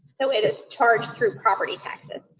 so, it is charged through property taxes.